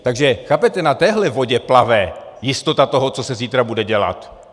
Takže chápete, na téhle vodě plave jistota toho, co se zítra bude dělat.